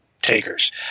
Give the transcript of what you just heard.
takers